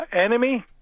enemy